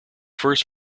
first